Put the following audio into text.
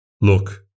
Look